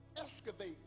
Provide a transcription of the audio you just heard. excavate